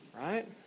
Right